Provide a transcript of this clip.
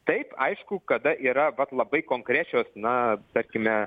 taip aišku kada yra vat labai konkrečios na tarkime